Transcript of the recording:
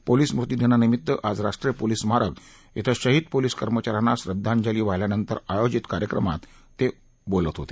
police स्मृतीदिनानिमित्त आज राष्ट्रीय पोलिस स्मारक ॐ शहीद पोलिस कर्मचा यांना श्रद्वांजली वाहिल्यानंतर आयोजित कार्यक्रमात ते बोलत होते